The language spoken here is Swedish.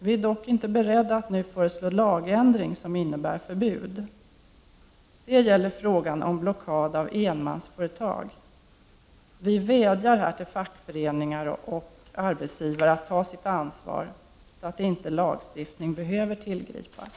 Vi är dock inte beredda att nu föreslå lagändring som innebär förbud. Det gäller frågan om blockad av enmansföretag. Vi vädjar här till fackföreningar och arbetsgivare att ta sitt ansvar, så att inte lagstiftning behöver tillgripas.